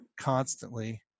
constantly